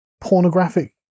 pornographic